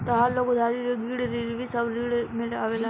तहार लोन उधारी ऋण गिरवी सब ऋण में आवेला